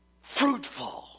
fruitful